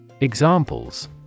Examples